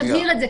נבהיר את זה.